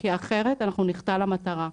כי אחרת, אנחנו נחטא למטרה.